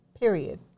period